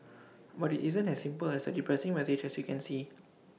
but IT isn't as simple as A depressing message as you can see